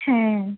হ্যাঁ